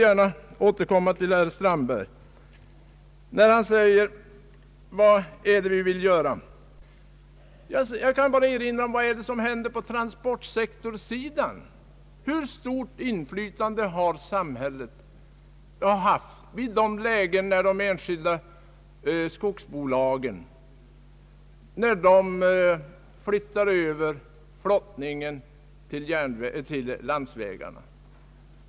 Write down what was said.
Herr Strandberg frågade vad det är vi vill göra. Jag kan svara med att erinra om vad som hänt på transportsidan. Hur stort inflytande har samhället haft när de enskilda skogsbolagen flyttat över från flottning till landsvägarna?